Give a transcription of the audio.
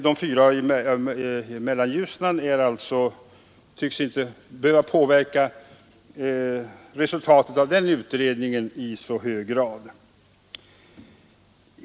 De fyra i Mellanljusnan tycks därför inte behöva påverka resultatet av den utredningen i någon högre grad.